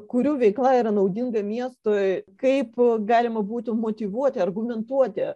kurių veikla yra naudinga miestui kaip galima būtų motyvuoti argumentuoti